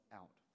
out